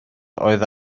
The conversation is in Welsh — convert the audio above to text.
oedd